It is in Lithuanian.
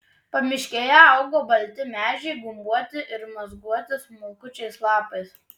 pamiškėje augo balti medžiai gumbuoti ir mazguoti smulkučiais lapais